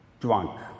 drunk